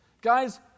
Guys